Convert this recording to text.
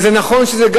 וזה נכון שגם